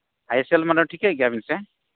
ISL ᱢᱟᱱᱮ ᱴᱷᱤᱠᱟᱹᱭᱮᱫ ᱜᱮᱭᱟ ᱵᱤᱱ ᱥᱮ